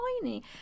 tiny